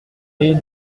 ils